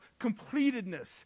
completedness